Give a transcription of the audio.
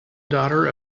daughter